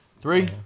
Three